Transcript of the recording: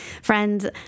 Friends